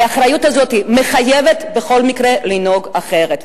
והאחריות הזאת מחייבת בכל מקרה לנהוג אחרת.